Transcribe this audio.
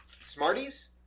Smarties